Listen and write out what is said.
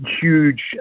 huge